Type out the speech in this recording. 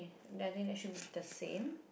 then I think that should be the same